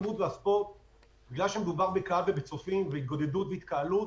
בגלל שמדובר בקהל, בצופים, בהתגודדות והתקהלות,